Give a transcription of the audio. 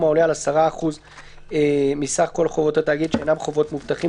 העולה על 10% מסך כל חובות התאגיד שאינם חובות מובטחים,